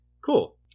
cool